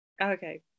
okay